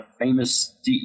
famous